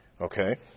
Okay